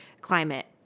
climate